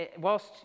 whilst